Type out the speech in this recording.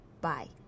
Bye